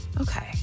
Okay